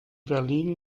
berlin